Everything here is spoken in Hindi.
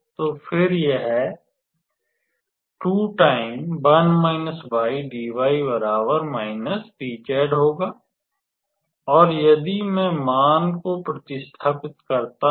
तो फिर यह होगा और यदि मैं मान को प्रतिस्थापित करता हूं